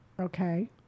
Okay